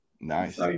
nice